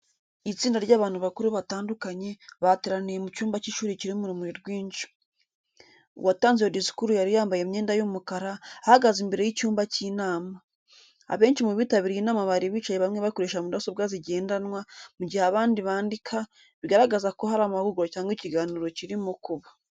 Itsinda ry'abantu bakuru batandukanye, bateraniye mu cyumba cy'ishuri kirimo urumuri rwinshi. Uwatanze iyo disikuru yari yambaye imyenda y'umukara, ahagaze imbere y'icyumba cy'inama. Abenshi mu bitabiriye inama bari bicaye bamwe bakoresha mudasobwa zigendanwa, mu gihe abandi bandika, bigaragaza ko hari amahugurwa cyangwa ikiganiro kirimo kuba.